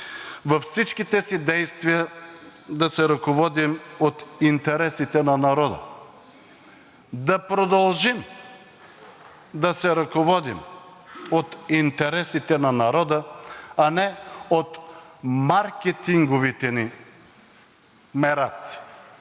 във всичките си действия да се ръководим от интересите на народа. Да продължим да се ръководим от интересите на народа, а не от маркетинговите ни мераци.